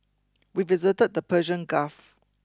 we visited the Persian Gulf